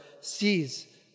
sees